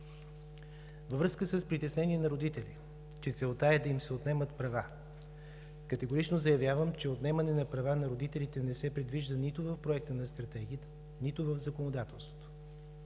Във връзка с притеснения на родители – че целта е да се отнемат правата им, категорично заявявам, че отнемането на права на родители не се предвижда нито в Проекта на Стратегията, нито в законодателството.